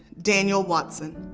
daniel watson.